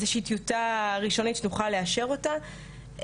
איזה שהיא טיוטה ראשונית שנוכל לאשר אותה.